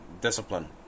discipline